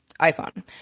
iPhone